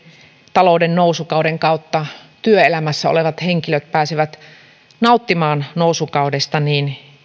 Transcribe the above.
talouden nousukauden kautta työelämässä olevat henkilöt pääsevät nauttimaan nousukaudesta niin